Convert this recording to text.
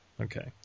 Okay